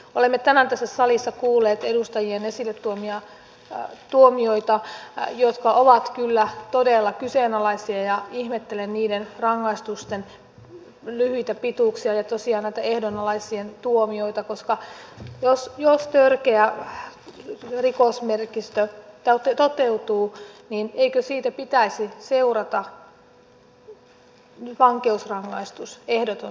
olemme tänään tässä salissa kuulleet edustajien esille tuomia tuomioita jotka ovat kyllä todella kyseenalaisia ja ihmettelen niiden rangaistusten lyhyitä pituuksia ja tosiaan näitä ehdonalaisia tuomioita koska jos törkeä rikosmerkistö toteutuu niin eikö siitä pitäisi seurata vankeusrangaistus ehdoton sellainen